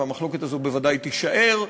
והמחלוקת הזאת בוודאי תישאר,